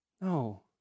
No